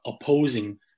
opposing